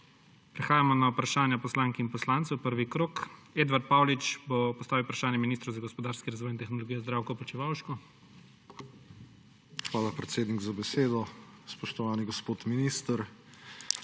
Prehajamo na vprašanje poslank in poslancev. Prvi krog. Edvard Paulič bo postavil vprašanje ministru za gospodarski razvoj in tehnologijo Zdravku Počivalšku. EDVARD PAULIČ (PS LMŠ): Hvala predsednik za besedo. Spoštovani gospod minister.